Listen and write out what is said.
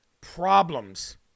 problems